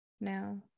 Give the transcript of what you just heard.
No